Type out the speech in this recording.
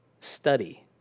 study